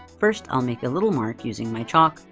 first, i'll make a little mark, using my chalk,